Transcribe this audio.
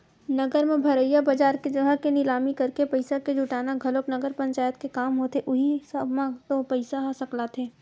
नगर म भरइया बजार के जघा के निलामी करके पइसा के जुटाना घलोक नगर पंचायत के काम होथे उहीं सब म तो पइसा ह सकलाथे